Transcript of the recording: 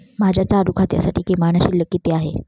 माझ्या चालू खात्यासाठी किमान शिल्लक किती आहे?